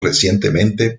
recientemente